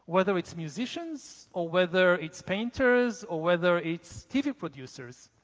whether it's musicians or whether it's painters or whether it's tv producers,